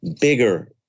bigger